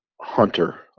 hunter